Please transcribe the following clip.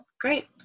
Great